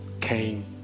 came